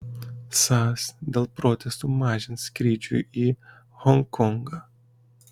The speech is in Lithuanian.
sas dėl protestų mažins skrydžių į honkongą